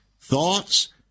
thoughts